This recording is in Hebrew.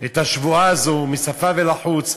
את השבועה הזאת מהשפה ולחוץ,